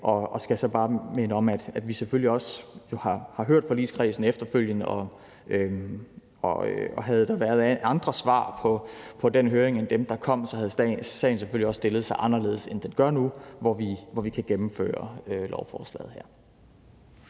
og skal så bare minde om, at vi selvfølgelig også har hørt forligskredsen efterfølgende, og havde der været andre svar på den høring end dem, der kom, så havde sagen selvfølgelig også stillet sig anderledes, end den gør nu, hvor vi kan gennemføre lovforslaget her.